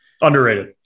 Underrated